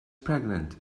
pregnant